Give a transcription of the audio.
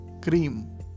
cream